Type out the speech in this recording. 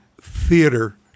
theater